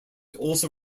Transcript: also